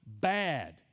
bad